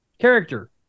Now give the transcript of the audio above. character